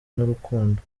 n’urukundo